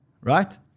right